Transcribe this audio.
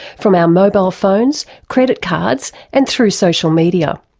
from our mobile phones, credit cards, and through social media.